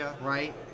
right